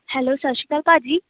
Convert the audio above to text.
hello ਸਤਿ ਸ਼੍ਰੀ ਅਕਾਲ ਭਾਅ ਜੀ